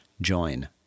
join